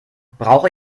brauche